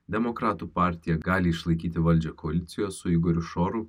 demokratų partija gali išlaikyti valdžią koalicijos su igoriu šoru